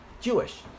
Jewish